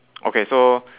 okay so